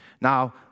Now